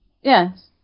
Yes